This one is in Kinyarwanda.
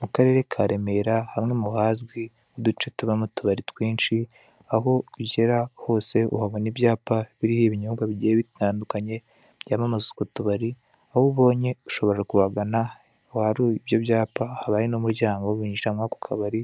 Mukarere karemera, hamwe muhazwi nkuduce tubamo utubari twinshi, aho ugera hose uhabona ibyapa biriho ibinyobwa bitandukanye byamamaza utwo tubari, aho ubonye ushobora kuhagana aho hari ibyo byapa, haba hari umuryango winjira murako kabari